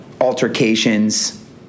altercations